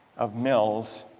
of mills'